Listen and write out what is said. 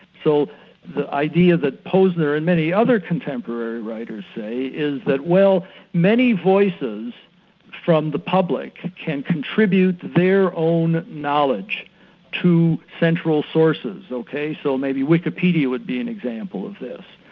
so the idea that posner and many other contemporary writers say is that well many voices from the public can contribute their own knowledge to central sources, ok? so maybe wikipedia would be an example of this.